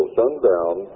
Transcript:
sundown